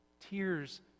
Tears